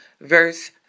verse